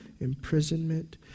imprisonment